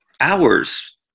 hours